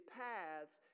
paths